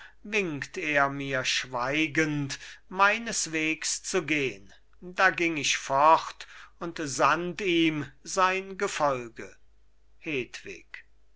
winkt er mir schweigend meines wegs zu gehn da ging ich fort und sandt ihm sein gefolge